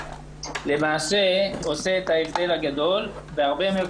למעשה עושה את ההבדל בגדול ובהרבה מאוד